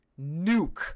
nuke